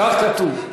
כך כתוב.